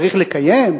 צריך לקיים?